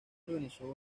organizó